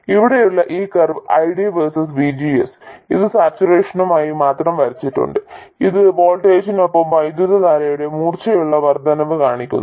ഇവിടെയുള്ള ഈ curve ID versus VGS ഞാൻ സാച്ചുറേഷനായി മാത്രം വരച്ചിട്ടുണ്ട് ഇത് വോൾട്ടേജിനൊപ്പം വൈദ്യുതധാരയുടെ മൂർച്ചയുള്ള വർദ്ധനവ് കാണിക്കുന്നു